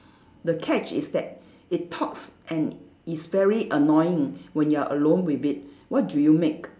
the catch is that it talks and is very annoying when you are alone with it what do you make